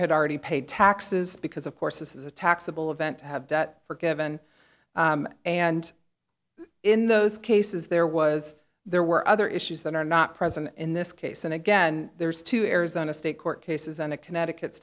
debtor had already paid taxes because of course this is a taxable event to have debt forgiven and in those cases there was there were other issues that are not present in this case and again there's two arizona state court cases and a connecticut